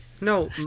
No